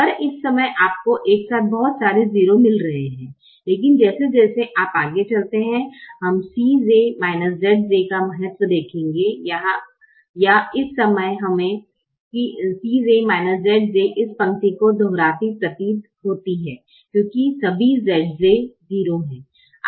पर इस समय आप एक साथ बहुत सारे 0 मिल रहे है लेकिन जैसे जैसे हम आगे चलते हैं हम Cj Zj का महत्व देखेंगे या इस समय हमे Cj Zj इस पंक्ति को दोहराती प्रतीत होती है क्योंकि सभी Zj 0 हैं